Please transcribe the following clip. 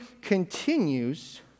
continues